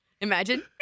Imagine